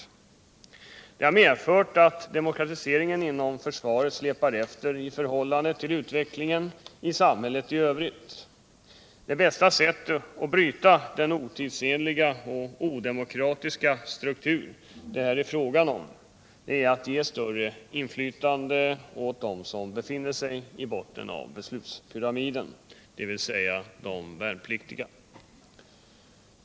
Detta har medfört att demokratiseringen inom försvaret släpar efter i förhållande till utvecklingen i samhället i övrigt. Det bästa sättet att bryta den otidsenliga och odemokratiska struktur det här är fråga om är att ge större inflytande åt dem som befinner sig i botten av beslutspyramiden, dvs. de värnpliktiga.